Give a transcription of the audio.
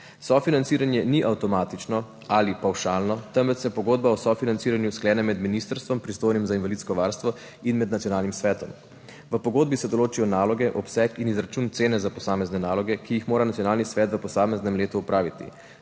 Sofinanciranje ni avtomatično ali pavšalno, temveč se pogodba o sofinanciranju sklene med ministrstvom, pristojnim za invalidsko varstvo, in med nacionalnim svetom. V pogodbi se določijo naloge, obseg in izračun cene za posamezne naloge, ki jih mora nacionalni svet v posameznem letu opraviti.